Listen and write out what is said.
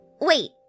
wait